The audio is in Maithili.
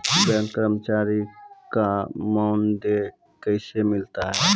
बैंक कर्मचारी का मानदेय कैसे मिलता हैं?